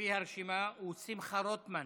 לפי הרשימה הוא שמחה רוטמן,